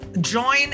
Join